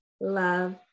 love